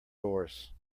doors